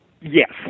Yes